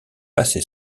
passé